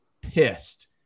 pissed